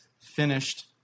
finished